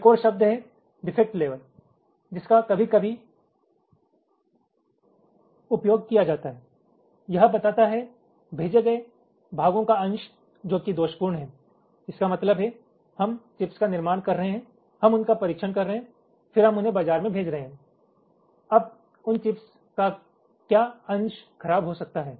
एक और शब्द है डिफेक्ट लेवल जिसका उपयोग कभी कभी उपयोग किया जाता है यह बताता हैं भेजे गये भागों का अंश जो कि दोषपूर्ण है इसका मतलब है हम चिप्स का निर्माण कर रहे हैं हम उनका परीक्षण कर रहे हैं फिर हम उन्हें बाजार में भेज रहे हैं अब उन चिप्स का क्या अंश ख़राब हो सकता है